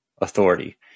authority